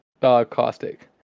Caustic